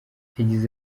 yagize